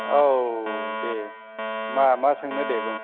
औ दे मा मा सोंनो दे बुं